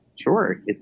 sure